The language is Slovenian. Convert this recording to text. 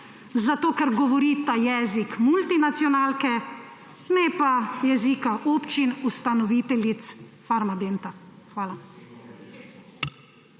NSi, ker govorita jezik multinacionalke, ne pa jezika občin, ustanoviteljic Farmadenta. Hvala.